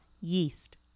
Yeast